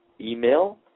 email